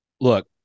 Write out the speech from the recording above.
Look